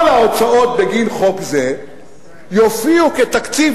כל ההוצאות בגין חוק זה יופיעו כתקציב